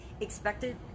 expected